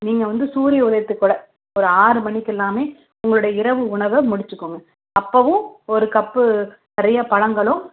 நீங்கள் வந்து சூரிய உதயத்துக்குள்ளே ஒரு ஆறு மணிக்கெல்லாமே உங்களோடைய இரவு உணவை முடிச்சுக்கோங்க அப்பவும் ஒரு கப்பு நிறைய பழங்களும்